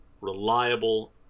reliable